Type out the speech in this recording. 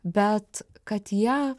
bet kad jie